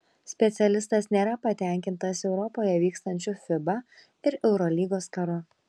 specialistas nėra patenkintas europoje vykstančiu fiba ir eurolygos karu